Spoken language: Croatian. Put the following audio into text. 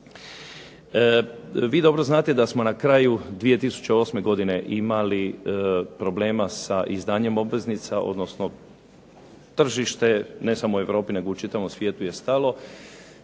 Vi dobro znate da smo na kraju 2008. imali problema sa izdanjem obveznica, odnosno tržište ne samo u Europi nego u čitavom svijetu je stalo